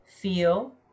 feel